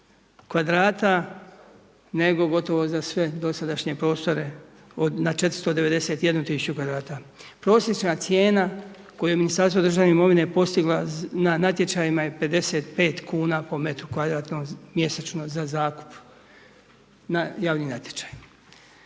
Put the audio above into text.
kvadrata nego gotovo za sve dosadašnje prostore na 491 000 kvadrata. Prosječna cijena koju je Ministarstvo državne imovine postigla, na natječajima je 55 kuna po metru kvadratnom mjesečno za zakup na javni natječaj.